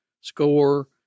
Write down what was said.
SCORE